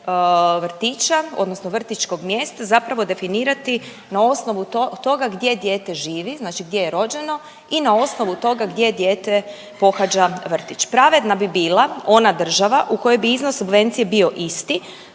odnosno vrtićkog mjesta zapravo definirati na osnovu toga gdje dijete živi, znači gdje je rođeno i na osnovu toga gdje dijete pohađa vrtić. Pravedna bi bila ona država u kojoj bi iznos subvencije bio isti